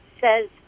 says